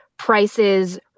prices